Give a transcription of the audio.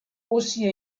aussi